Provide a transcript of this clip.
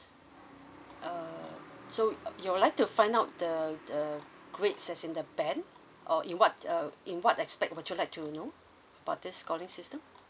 err so uh you'll like to find out the the grades as in the band or in what uh in what aspect would you like to know about this scoring system